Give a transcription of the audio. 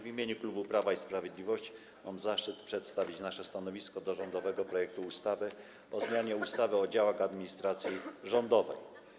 W imieniu klubu Prawo i Sprawiedliwość mam zaszczyt przedstawić nasze stanowisko wobec rządowego projektu ustawy o zmianie ustawy o działach administracji rządowej.